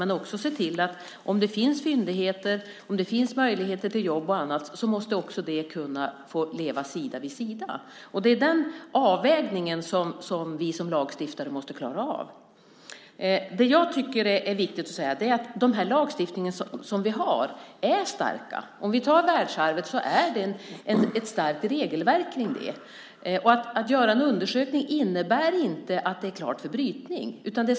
Men om det finns fyndigheter och möjligheter till jobb och annat måste också det kunna få leva sida vid sida. Det är den avvägning som vi som lagstiftare måste klara av. Det är viktigt att säga att den lagstiftning vi har är stark. Om vi tar världsarvet är det ett starkt regelverk kring det. Att göra en undersökning innebär inte att det är klart för brytning.